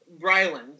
Bryland